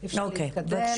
ביוב,